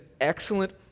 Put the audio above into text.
excellent